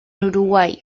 uruguay